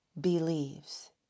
believes